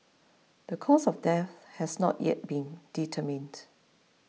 the cause of death has not yet been determined